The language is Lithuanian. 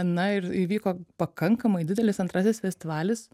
na ir įvyko pakankamai didelis antrasis festivalis